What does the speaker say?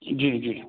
जी जी